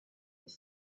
its